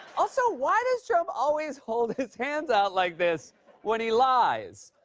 also, why does trump always hold his hands out like this when he lies?